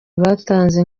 batanze